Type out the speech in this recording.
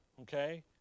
Okay